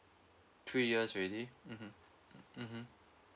three years already mmhmm mmhmm